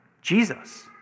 Jesus